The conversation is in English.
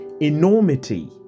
enormity